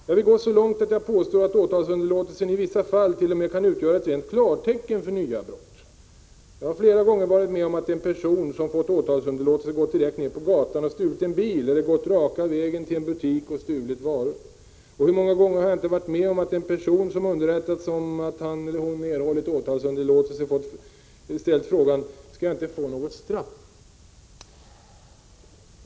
Jag vill gå så långt att jag påstår att åtalsunderlåtelse i vissa fall t.o.m. kan utgöra klartecken för nya brott. Jag har flera gånger varit med om att en person som fått åtalsunderlåtelse gått direkt ned på gatan och stulit en bil eller gått raka vägen till en butik och stulit varor. Hur många gånger har jag inte varit med om att en person som underrättas om att han eller hon erhållit åtalsunderlåtelse ställt frågan: Skall jag inte få något straff?